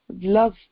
love